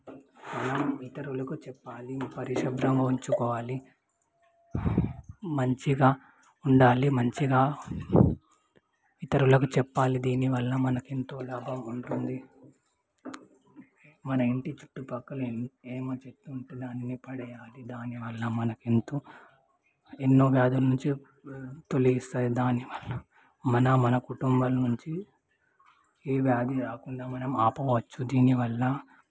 ఇతరులకు చెప్పాలి పరిశుభ్రంగా ఉంచుకోవాలి మంచిగా ఉండాలి మంచిగా ఇతరులకు చెప్పాలి దీనివల్ల మనకి ఎంతో లాభం ఉంటుంది మన ఇంటి చుట్టుపక్కల హేమ చెట్టు ఉంటే దాని పడేయాలి దాని దాని వల్ల మనకు ఎంతో ఎన్నో వ్యాధుల నుంచి తొలగిస్తాయి దానివల్ల మన మన కుటుంబాల నుంచి ఈ వ్యాధి రాకుండా మనం ఆపవచ్చు దీనివల్ల